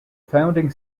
founding